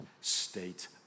state